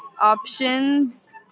options